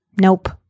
nope